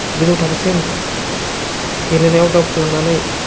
गोजौ थाखोसिम गेलेनायाव दावखोलांनानै